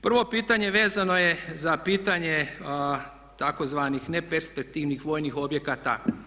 Prvo pitanje vezano je za pitanje tzv. ne perspektivnih vojnih objekata.